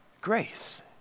Grace